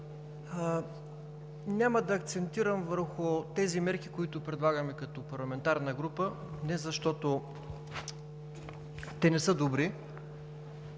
Няма да акцентирам върху тези мерки, които предлагаме като парламентарна група, не защото те не са добри,